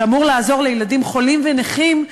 שאמור לעזור לילדים חולים ונכים,